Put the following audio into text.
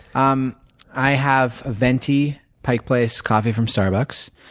um i have a venti pike place coffee from starbucks.